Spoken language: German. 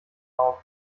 auf